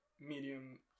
medium